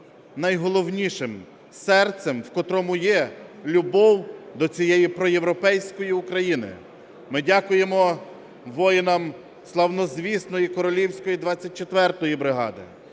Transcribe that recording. найголовнішим серцем, в котрому є любов до цієї проєвропейської України. Ми дякуємо воїнам славнозвісної королівської 24-ї бригади.